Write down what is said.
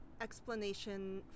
explanation